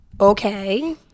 Okay